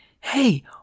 hey